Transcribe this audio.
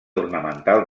ornamental